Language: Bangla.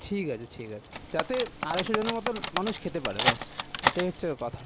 ঠিক আছে ঠিক আছে যাতে আড়াইশো জনের মতন মানুষ খেতে পারে ব্যাস এটাই হচ্ছে কথা